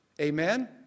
Amen